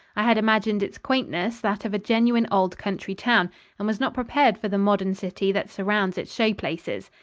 i had imagined its quaintness that of a genuine old country town and was not prepared for the modern city that surrounds its show-places.